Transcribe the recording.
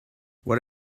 what